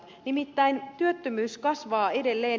nimittäin työttömyys kasvaa edelleen